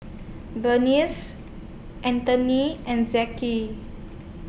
Aaden Nee and